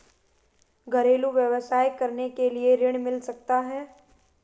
घरेलू व्यवसाय करने के लिए ऋण मिल सकता है?